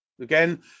Again